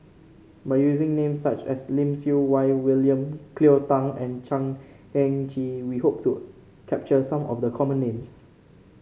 by using name such as Lim Siew Wai William Cleo Thang and Chan Heng Chee we hope to capture some of the common names